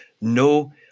no